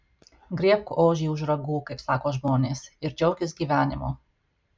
griebk ožį už ragų kaip sako žmonės ir džiaukis gyvenimu